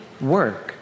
work